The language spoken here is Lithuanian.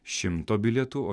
šimto bilietų o